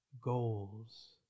goals